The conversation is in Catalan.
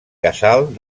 casal